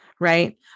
right